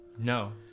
No